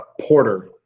Porter